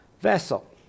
vessel